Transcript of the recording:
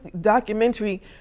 documentary